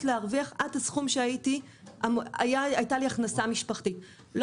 להרוויח עד הסכום שקיבלתי בהכנסה המשפחתית שלי